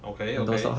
okay okay